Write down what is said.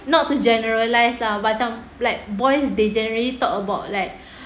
not to generalize lah macam like boys they generally talk about like